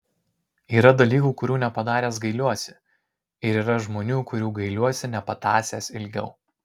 yra dalykų kurių nepadaręs gailiuosi ir yra žmonių kurių gailiuosi nepatąsęs ilgiau